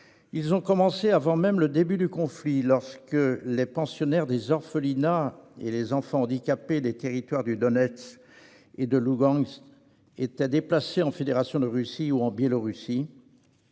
Ils ont commencé avant même le début du conflit, lorsque les pensionnaires des orphelinats et les enfants handicapés des territoires de Donetsk et de Lougansk ont été déplacés en Fédération de Russie ou en Biélorussie.